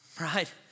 right